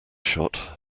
shot